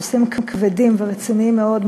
נושאים כבדים ורציניים מאוד,